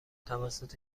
توسط